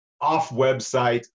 off-website